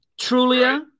Trulia